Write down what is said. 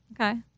Okay